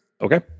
Okay